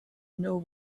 know